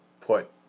put